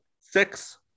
Six